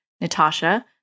Natasha